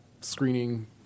screening